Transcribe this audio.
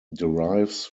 derives